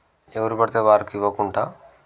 ఎవరు బడితే వారికి ఇవ్వకుండా